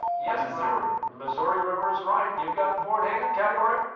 yeah missouri missouri river is right. you've got the board, hingham, category?